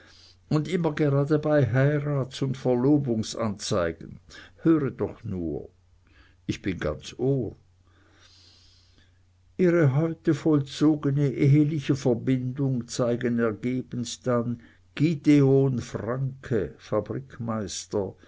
und immer gerade bei heirats und verlobungsanzeigen höre doch nur ich bin ganz ohr ihre heute vollzogene eheliche verbindung zeigen ergebenst an gideon franke